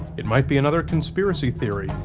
it might be another conspiracy theory,